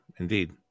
Indeed